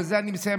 בזה אני מסיים,